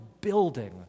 building